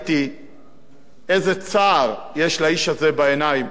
ראיתי איזה צער יש לאיש הזה בעיניים.